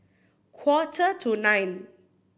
quarter to nine